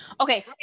Okay